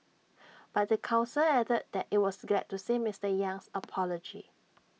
but the Council added that IT was glad to see Mister Yang's apology